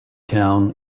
town